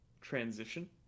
transition